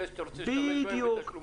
בדיוק.